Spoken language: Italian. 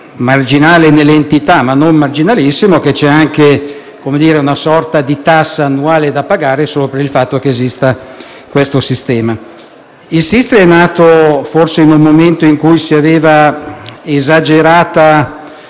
marginale nell'entità, ma non marginalissimo: c'è anche una sorta di tassa annuale da pagare solo per il fatto che questo sistema esiste. Il Sistri era nato forse in un momento in cui si aveva un'esagerata